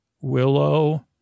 Willow